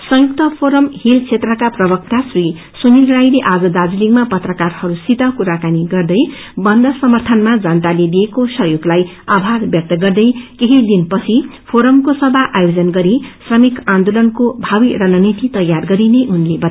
संयुक्त forum hill क्षेत्रका प्रवक्त श्री सुनिल राईले आज दार्जीलिङमा पत्राकारहरूसित कुराकानी गढ्रै बन्द समर्थनामा जनताले दिएको सहयोगलाई आभार व्यक्त गर्दै केही दिन पछि फोरमको सभा आयोजन गरि श्रमिक आन्दोलनको भावि रणनीति तैयार गरिने उनले बताए